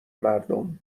مردم